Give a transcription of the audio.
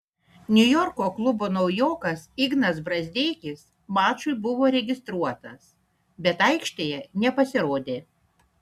niujorko klubo naujokas ignas brazdeikis mačui buvo registruotas bet aikštėje nepasirodė